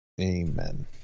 Amen